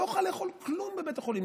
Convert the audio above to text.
לא אוכל לאכול כלום בבית החולים.